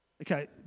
Okay